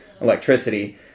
electricity